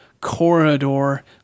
corridor